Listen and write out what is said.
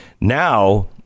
Now